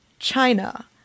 China